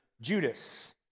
Judas